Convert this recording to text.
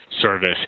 Service